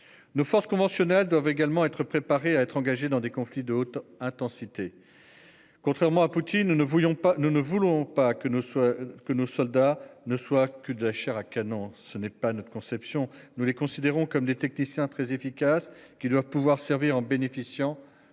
Nos forces conventionnelles doivent également être préparés à être engagés dans des conflits de haute intensité. Contrairement à Poutine. Nous ne voulions pas, nous ne voulons pas que ne soient que nos soldats ne soit que de la Chair à canon. Ce n'est pas notre conception nous les considérons comme des techniciens très efficace qui doivent pouvoir servir en bénéficiant